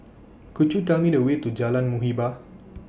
Could YOU Tell Me The Way to Jalan Muhibbah